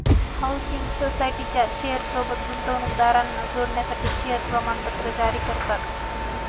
housing सोसायटीच्या share सोबत गुंतवणूकदारांना जोडण्यासाठी शेअर प्रमाणपत्र जारी करतात